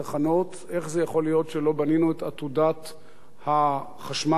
איך זה יכול להיות שלא בנינו את עתודת החשמל שלנו?